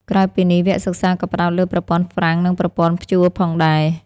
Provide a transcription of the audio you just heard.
ក្រៅពីនេះ វគ្គសិក្សាក៏ផ្តោតលើប្រព័ន្ធហ្វ្រាំងនិងប្រព័ន្ធព្យួរផងដែរ។